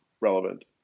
relevant